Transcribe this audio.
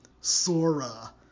Sora